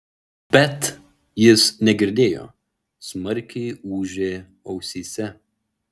bet jis negirdėjo smarkiai ūžė ausyse